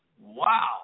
Wow